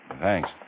Thanks